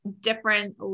Different